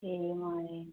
हे माए